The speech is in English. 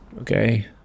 okay